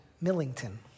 Millington